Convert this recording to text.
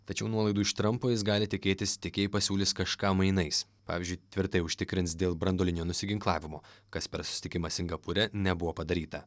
tačiau nuolaidų iš trampo jis gali tikėtis tik jei pasiūlys kažką mainais pavyzdžiui tvirtai užtikrins dėl branduolinio nusiginklavimo kas per susitikimą singapūre nebuvo padaryta